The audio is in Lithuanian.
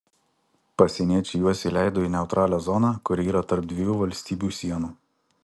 pasieniečiai juos įleido į neutralią zoną kuri yra tarp dviejų valstybių sienų